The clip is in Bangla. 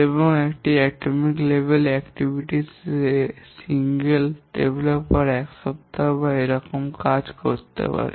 এবং একটি পারমাণবিক স্তর এর কার্যক্রম তে একক বিকাশকারী এক সপ্তাহ বা এই রকম কাজ করতে পারে